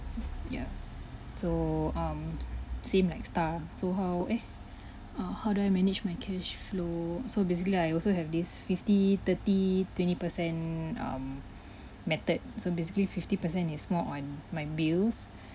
ya so um seem like it's tough so how eh err do I manage my cash flow so basically I also have this fifty thirty twenty per cent um method so basically fifty per cent is more on my bills